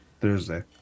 Thursday